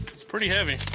it's pretty heavy.